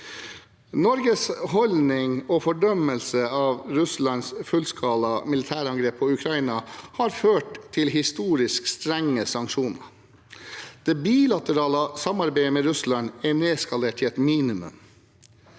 Norges holdning til og fordømmelse av Russlands fullskala militærangrep på Ukraina har ført til historisk strenge sanksjoner. Det bilaterale samarbeidet med Russland er nedskalert til et minimum.